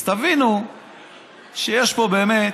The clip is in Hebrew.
אז תבינו שיש פה באמת